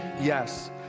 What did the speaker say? yes